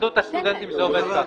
בהתאחדות הסטודנטים זה עובד כך.